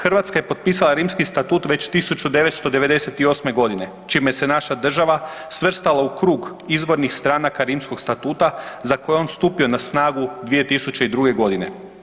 Hrvatska je potpisala Rimski statut već 1998. godine, čime se naša država svrstala u krug izvornih stranaka Rimskog statuta za koje je on stupio na snagu 2002. godine.